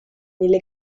nelle